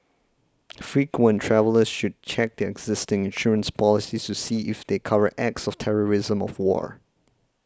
frequent travellers should check their existing insurance policies to see if they cover acts of terrorism or war